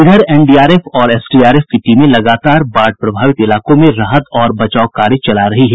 इधर एनडीआरएफ और एसडीआरएफ की टीमें लगातार बाढ़ प्रभावित इलाकों में राहत और बचाव कार्य चला रही है